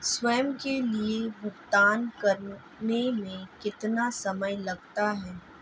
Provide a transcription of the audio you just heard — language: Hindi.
स्वयं के लिए भुगतान करने में कितना समय लगता है?